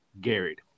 garrett